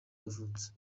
yavutse